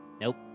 Nope